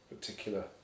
particular